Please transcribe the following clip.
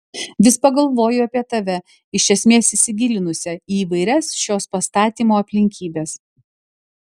vis pagalvoju apie tave iš esmės įsigilinusią į įvairias šios pastatymo aplinkybes